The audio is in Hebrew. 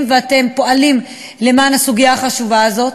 ואתם פועלים למען הסוגיה החשובה הזאת,